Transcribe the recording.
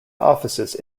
offices